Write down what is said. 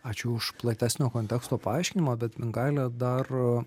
ačiū už platesnio konteksto paaiškinimą bet mingaile dar